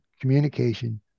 communication